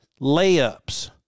layups